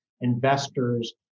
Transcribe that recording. Investors